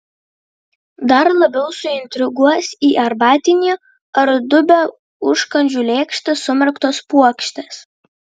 dar labiau suintriguos į arbatinį ar dubią užkandžių lėkštę sumerktos puokštės